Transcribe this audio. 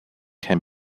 can